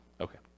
Okay